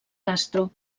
castro